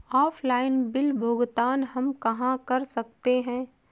Offline bill भुगतान हम कहां कर सकते हैं?